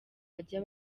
bajya